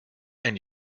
and